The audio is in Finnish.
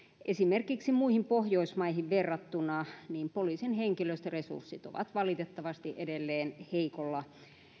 esimerkiksi muihin pohjoismaihin verrattuna poliisin henkilöstöresurssit ovat valitettavasti edelleen heikolla